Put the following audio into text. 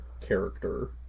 character